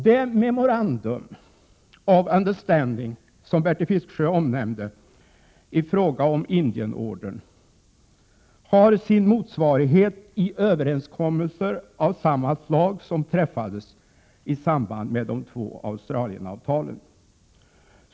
Det Memorandum of Understanding som Bertil Fiskesjö omnämnde i fråga om Indienordern har sin motsvarighet i överenskommelser av samma slag som träffats i samband med de två Australienavtalen.